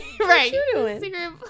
right